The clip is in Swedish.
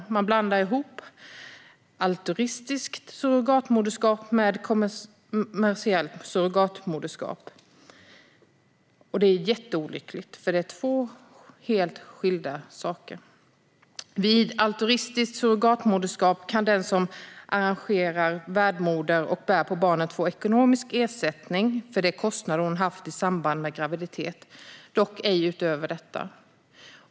Man blandar ihop altruistiskt surrogatmoderskap med kommersiellt surrogatmoderskap. Det är jätteolyckligt, för det här är två helt skilda saker. Vid altruistiskt surrogatmoderskap kan den som agerar värdmoder och bär på barnet få ekonomisk ersättning för de kostnader hon har haft i samband med graviditet, dock ej utöver detta.